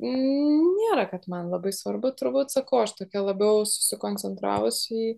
nėra kad man labai svarbu turbūt sakau aš tokia labiau susikoncentravus į